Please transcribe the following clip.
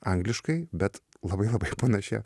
angliškai bet labai labai panašia